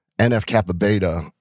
NF-kappa-beta